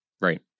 Right